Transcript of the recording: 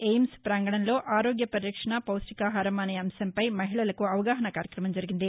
AIIMS ప్రాంగణంలో ఆరోగ్య పరిరక్షణ పౌష్టికాహారం అన్న అంశంపై మహిళలకు అవగాహనా కార్యక్రమం జరిగింది